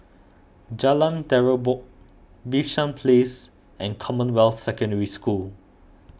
Jalan Terubok Bishan Place and Commonwealth Secondary School